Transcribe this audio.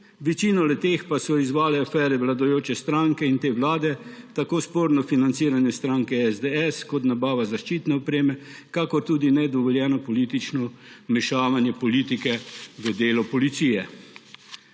večino le-teh pa so izzvale afere vladajoče stranke in te vlade, tako sporno financiranje stranke SDS kot nabava zaščitne opreme in tudi nedovoljeno politično vmešavanje politike v delo policije.